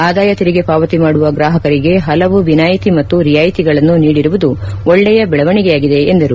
ಆದಾಯ ತೆರಿಗೆ ಪಾವತಿ ಮಾಡುವ ಗ್ರಾಹಕರಿಗೆ ಹಲವು ವಿನಾಯಿತಿ ಮತ್ತು ರಿಯಾಯಿತಿಗಳನ್ನು ನೀಡಿರುವುದು ಒಳ್ಳೆಯ ಬೆಳವಣಿಗೆಯಾಗಿದೆ ಎಂದರು